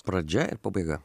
pradžia ir pabaiga